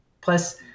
Plus